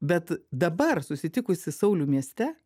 bet dabar susitikusi saulių mieste